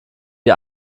die